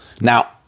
Now